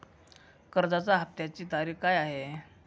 कर्जाचा हफ्त्याची तारीख काय आहे?